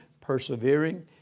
persevering